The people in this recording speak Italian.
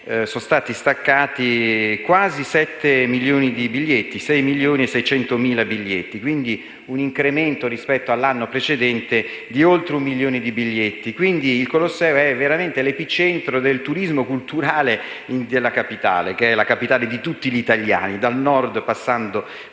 essendo stati staccati quasi 7 milioni di biglietti (6,6 milioni, per l'esattezza). Si tratta, quindi, di un incremento rispetto all'anno precedente di oltre un milione di biglietti. Il Colosseo è veramente l'epicentro del turismo culturale di Roma, che è la capitale di tutti gli italiani, dal Nord, passando per il Centro,